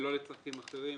ולא לצרכים אחרים.